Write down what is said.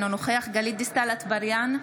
אינו נוכח גלית דיסטל אטבריאן,